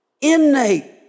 Innate